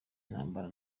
intambara